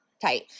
Tight